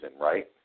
right